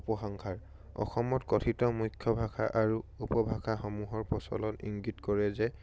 উপসংহাৰ অসমত কথিত মুখ্য ভাষা আৰু উপভাষাসমূহৰ প্ৰচলত ইংগিত কৰে যে